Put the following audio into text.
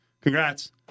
congrats